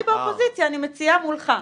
לחבריי באופוזיציה אני מציעה מולך.